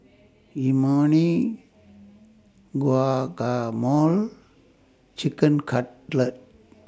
Imoni Guacamole Chicken Cutlet